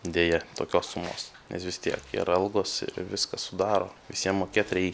deja tokios sumos nes vis tiek ir algos viskas sudaro visiem mokėt reikia